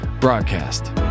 broadcast